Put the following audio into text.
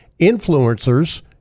influencers